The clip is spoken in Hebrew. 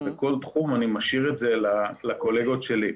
בכל תחום אני משאיר את זה לקולגות שלי.